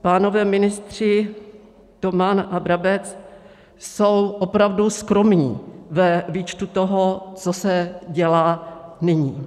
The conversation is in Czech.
Pánové ministři Toman a Brabec jsou opravdu skromní ve výčtu toho, co se dělá nyní.